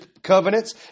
Covenants